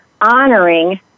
honoring